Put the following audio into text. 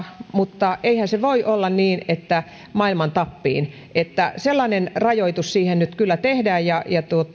mutta eihän se voi olla niin että maailman tappiin että sellainen rajoitus siihen nyt kyllä tehdään ja